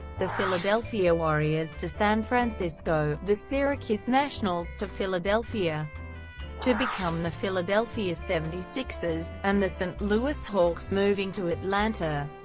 the philadelphia warriors to san francisco, the syracuse nationals to philadelphia to become the philadelphia philadelphia seventy six ers, and the st. louis hawks moving to atlanta,